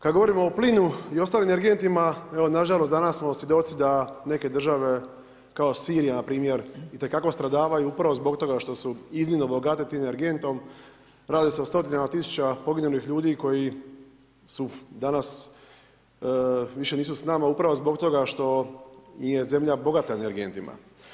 Kada govorimo o plinu i ostalim energentima, evo nažalost danas smo svjedoci da neke države kao Sirija npr. itekako stradavaju upravo zbog toga što su iznimno bogate tim energentom, radi se o stotinama tisuća poginulih ljudi koji su danas više nisu s nama upravo zbog toga što im je zemlja bogata energentima.